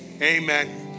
amen